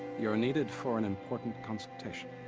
you're needed for an important consultation.